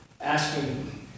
asking